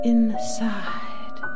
Inside